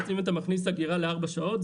אם אתה מכניס אגירה לארבע שעות,